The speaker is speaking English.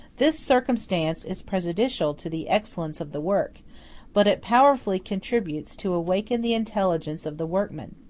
this circumstance is prejudicial to the excellence of the work but it powerfully contributes to awaken the intelligence of the workman.